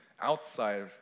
outside